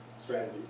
strategy